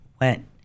went